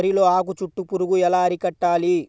వరిలో ఆకు చుట్టూ పురుగు ఎలా అరికట్టాలి?